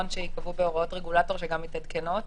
שייקבעו בהוראות רגולטור שגם מתעדכנות.